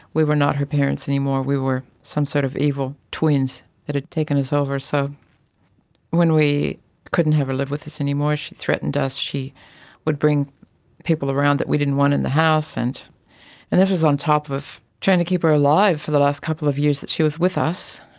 we were not her parents anymore, we were some sort of evil twins that had taken us over. so when we couldn't have her live with us anymore she threatened us, she would bring people around that we didn't want in the house. and and this was on top of trying to keep her alive for the last couple of years that she was with us.